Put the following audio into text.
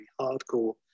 hardcore